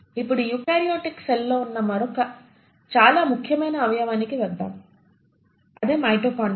ఇప్పుడు eukaryotic cell లో ఉన్న మరొక చాలా ముఖ్యమైన అవయవానికి వద్దాం అదే మైటోకాండ్రియా